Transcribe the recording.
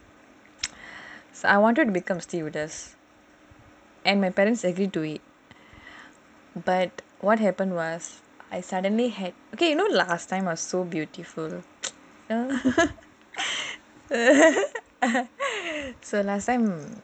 so I wanted to become a stewardess and my parents agreed to it but what happened was I suddenly had okay you know last time I was so beautiful so last time